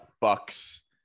bucks